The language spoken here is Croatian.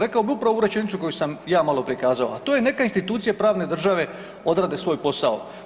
Rekao bi upravo ovu rečenicu koju sam ja maloprije kazao, a to je neka institucije pravne države odrade svoj posao.